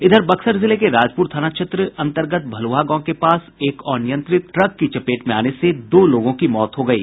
इधर बक्सर जिले के राजपुर थाना क्षेत्र भलुहा गांव के पास एक अनियंत्रित ट्रक की चपेट में दो लोगों की मौत हो गयी